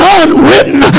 unwritten